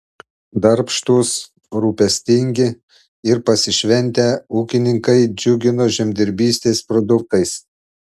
darbštūs rūpestingi ir pasišventę ūkininkai džiugino žemdirbystės produktais